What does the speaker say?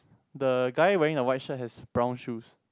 the guy wearing a white shirt has brown shoes